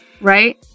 Right